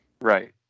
Right